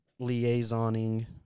liaisoning